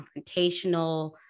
confrontational